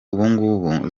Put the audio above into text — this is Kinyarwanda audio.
ubungubu